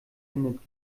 findet